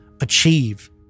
achieve